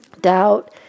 Doubt